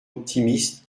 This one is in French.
optimiste